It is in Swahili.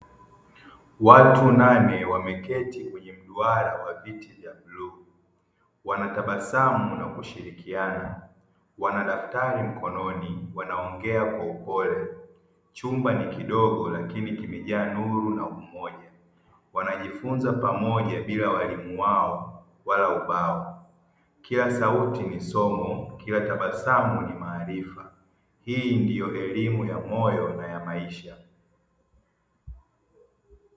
Watu nane wameketi kwenye mduara wa viti vya bluu wanatabasamu na kushirikiana wana daftari mkononi wanaongea kwa upole, chumba ni kidogo lakini kimejaa nuru na umoja wanajifunza pamoja bila mwalimu wao wala ubao, kila sauti ni somo kila tabasamu ni maarifa, hii ndiyo elimu ya moyo na ya maisha.